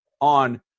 on